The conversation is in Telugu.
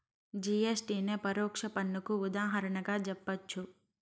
జి.ఎస్.టి నే పరోక్ష పన్నుకు ఉదాహరణగా జెప్పచ్చు